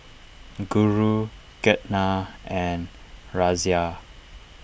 Guru Ketna and Razia